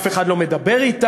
אף אחד לא מדבר אתה,